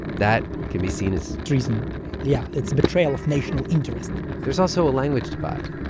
that can be seen as. treason yeah, it's betrayal of national interest there's also a language divide.